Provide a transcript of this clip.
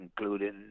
including